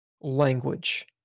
language